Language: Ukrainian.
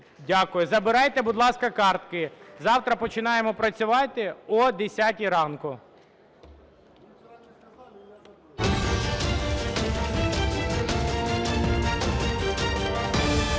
Дякую. Забирайте, будь ласка, картки. Завтра починаємо працювати о 10-й ранку.